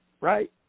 right